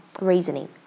reasoning